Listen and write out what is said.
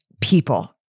people